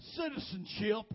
citizenship